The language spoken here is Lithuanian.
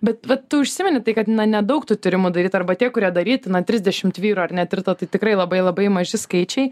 bet vat tu užsimeni tai kad nedaug tų tyrimų daryta arba tie kurie daryti na trisdešimt vyrų ar ne tirta tai tikrai labai labai maži skaičiai